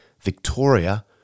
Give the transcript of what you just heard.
Victoria